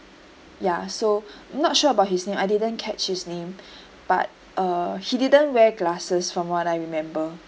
ya so not sure about his name I didn't catch his name but uh he didn't wear glasses from what I remember